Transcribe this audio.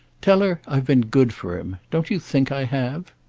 tell her i've been good for him. don't you think i have?